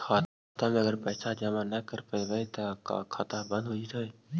खाता मे अगर पैसा जमा न कर रोपबै त का होतै खाता बन्द हो जैतै?